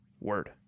word